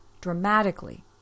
dramatically